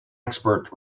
expert